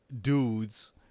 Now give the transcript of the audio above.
dudes